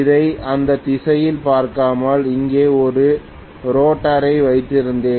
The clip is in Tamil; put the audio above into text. இதை இந்த திசையில் பார்க்காமல் இங்கே ஒரு ரோட்டார் வைத்திருந்தேன்